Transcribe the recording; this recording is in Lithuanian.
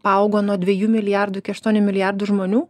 paaugo nuo dviejų milijardų iki aštuonių milijardų žmonių